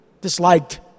disliked